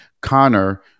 Connor